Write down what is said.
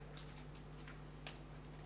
נעה,